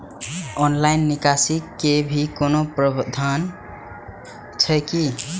Online निकासी के भी कोनो प्रावधान छै की?